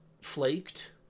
flaked